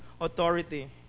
authority